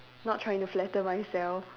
not trying to flatter myself